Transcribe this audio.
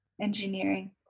engineering